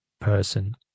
person